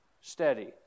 Steady